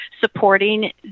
supporting